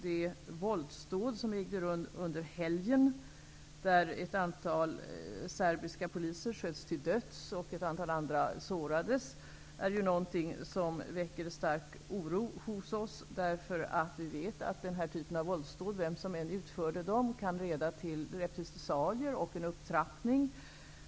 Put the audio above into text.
De våldsdåd som ägde rum under helgen, då ett antal serbiska poliser sköts till döds och ett antal andra sårades är ju någonting som väcker stark oro hos oss, därför att vi vet att den här typen av våldsdåd, vem som än utför dem, kan leda till repressalier och en upptrappning.